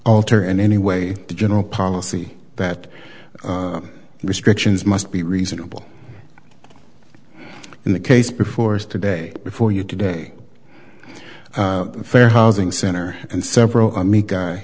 alter in any way the general policy that restrictions must be reasonable in the case before said today before you today fair housing center and several i'm a guy